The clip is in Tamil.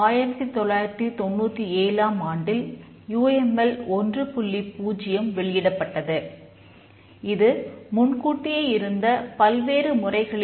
1997ல் ஆண்டில் யூ எம் எல் 2